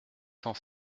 cent